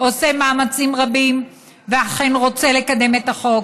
עושה מאמצים רבים ואכן רוצה לקדם את החוק,